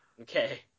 Okay